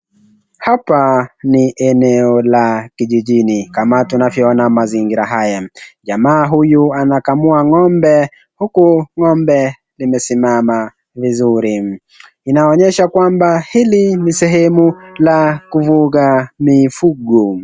Hapa ni eneo la kijijini kama tunavyona mazingira jamaa huyu anakamua ngombe huku ngombe imesimama vizuri inaonekana hili ni sehemu la kufuga mifuko.